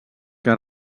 que